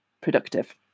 productive